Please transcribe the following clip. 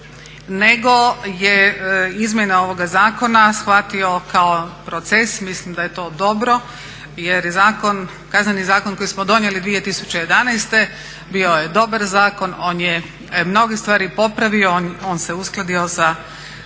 nego je izmjene ovoga zakona shvatio kao proces. Mislim da je to dobro jer Kazneni zakon koji smo donijeli 2011. bio je dobar zakon, on je mnoge stvari popravio, on se uskladio sa